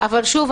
אבל שוב,